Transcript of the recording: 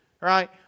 right